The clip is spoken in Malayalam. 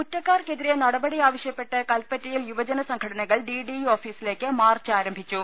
കുറ്റക്കാർക്കെതിരെ നടപടിയാവശ്യപ്പെട്ട് കൽപ്പറ്റയിൽ യുവ ജന സംഘടനകൾ ഡി ഡി ഇ ഓഫീസിലേക്ക് മാർച്ച് ആരം ഭിച്ചു